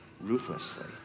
ruthlessly